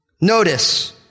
Notice